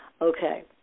Okay